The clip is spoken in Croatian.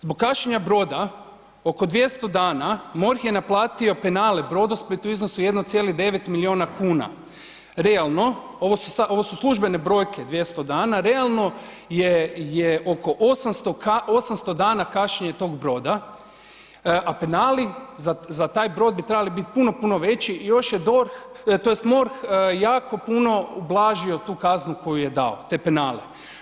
Zbog kašnjenja broda oko 200 dana MORH je naplatio penale Brodosplitu u iznosu 1,9 miliona kuna, realno ovo su službene brojke 200 dana, realno je oko 800 dana kašnjenje tog broda, a penali za taj brod bi trebali biti puno, puno veći još je DORH tj. MORH jako puno ublažio tu kaznu koju je dao te penale.